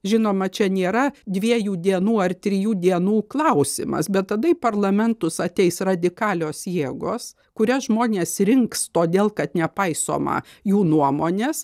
žinoma čia nėra dviejų dienų ar trijų dienų klausimas bet tada į parlamentus ateis radikalios jėgos kurias žmonės rinks todėl kad nepaisoma jų nuomonės